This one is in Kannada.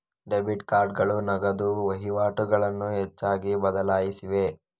ಡೆಬಿಟ್ ಕಾರ್ಡುಗಳು ನಗದು ವಹಿವಾಟುಗಳನ್ನು ಹೆಚ್ಚಾಗಿ ಬದಲಾಯಿಸಿವೆ